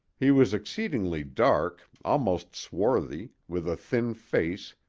he was exceedingly dark, almost swarthy, with a thin face,